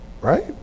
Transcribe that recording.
right